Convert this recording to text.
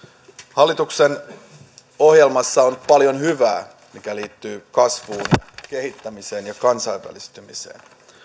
hallituksen ohjelmassa on paljon hyvää mikä liittyy kasvuun kehittämiseen ja kansainvälistymiseen